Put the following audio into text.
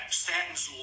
statins